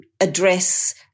address